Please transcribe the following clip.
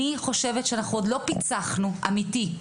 אני חושבת שאנחנו עוד לא פיצחנו, אמיתי,